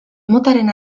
motaren